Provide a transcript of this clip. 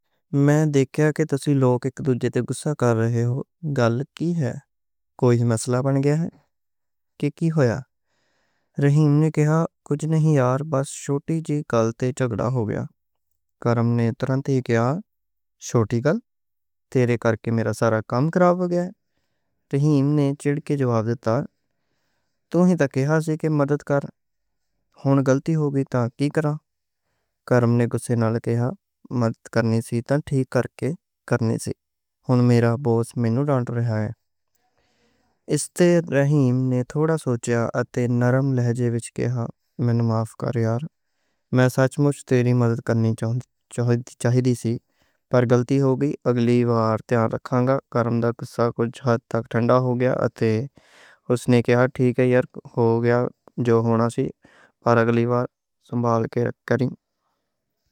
میں تے کہ تسی لوکاں اک دوجے تے بس اک گل کی ہے؟ کوئی مسئلہ بن گیا، کی ہویا؟ نئیں یار، بس چھوٹی جی گل تے جھگڑا ہو گیا۔ چھوٹی گل تیرے کرکے میرا سارا کام خراب ہو گیا۔ کرم نے کہا، ہن میرا باس مینوں ڈانٹ رہا ہے۔ تے رحیم نے تھوڑا سوچ کے نرم لہجے وچ کہا، بشک ہاں، مینوں معاف کر یار، میں سچ مچ تیری مدد کرنی چاہیدی سی۔ پر غلطی ہو گئی، اگلی وار تیار رکھنگا۔ کرم دا غصہ کُجھ حد تک ٹھنڈا ہو گیا، اتے اس نے کہا، ٹھیک ہے یار، ہو گیا جو ہونا سی۔